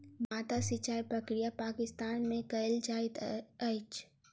माद्दा सिचाई प्रक्रिया पाकिस्तान में कयल जाइत अछि